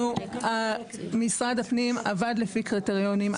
אנחנו משרד הפנים עבד לפי קריטריונים,